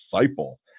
disciple